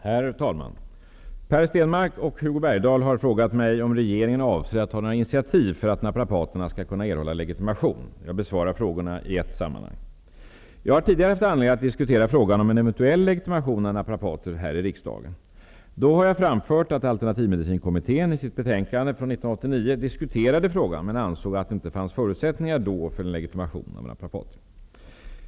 Herr talman! Per Stenmarck och Hugo Bergdahl har frågat mig om regeringen avser att ta några initiativ för att naprapaterna skall kunna erhålla legitimation. Jag besvarar frågorna i ett sammanhang. Jag har tidigare haft anledning att diskutera frågan om en eventuell legitimation av naprapater i riksdagen. Då har jag framfört att alternativmedicinkommittén i sitt betänkande 1989:60 diskuterade frågan men ansåg att det inte fanns förutsättningar då för legitimation av naprapater.